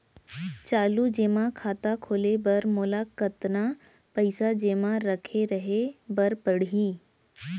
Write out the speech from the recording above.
चालू जेमा खाता खोले बर मोला कतना पइसा जेमा रखे रहे बर पड़ही?